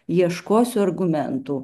ieškosiu argumentų